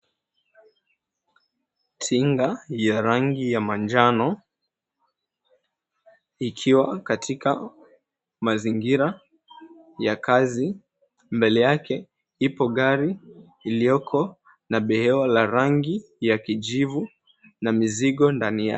Tinga ya rangi ya manjano ikiwa katika mazingira ya kazi mbele yake ipo gari iliyoko na behewa la rangi ya kijivu na mizigo ndani yake.